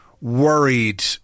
worried